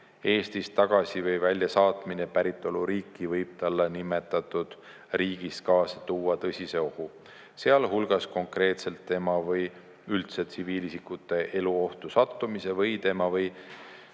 Eestist väljasaatmine tagasi päritoluriiki võib talle nimetatud riigis kaasa tuua tõsise ohu, sealhulgas konkreetselt tema või üldse tsiviilisikute elu ohtu sattumise või tema või